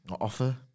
Offer